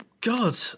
God